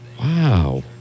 Wow